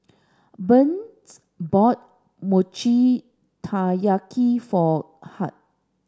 Burns bought Mochi Taiyaki for Hart